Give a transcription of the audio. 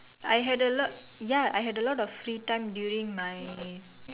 I had a lot ya I had a lot of free time during my